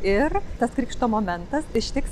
ir tas krikšto momentas ištiks